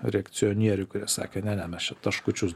reakcionierių kurie sakė ne ne mes čia taškučius